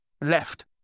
Left